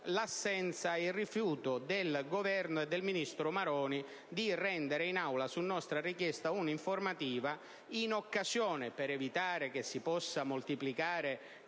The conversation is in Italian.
l'assenza e il rifiuto del Governo e del ministro Maroni a rendere in Aula, su nostra richiesta, un'informativa, in occasione dell'esame del decreto-legge